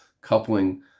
coupling